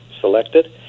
selected